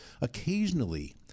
Occasionally